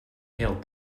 hailed